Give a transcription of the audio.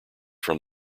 from